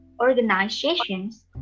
organizations